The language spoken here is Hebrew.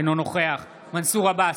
אינו נוכח מנסור עבאס,